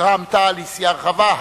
רע"ם-תע"ל היא סיעה רחבה,